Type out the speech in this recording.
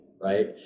right